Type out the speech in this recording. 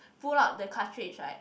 pull out the cartridge right